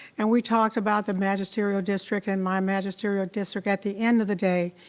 and we talked about the magisterial district, and my magisterial district, at the end of the day,